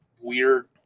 weird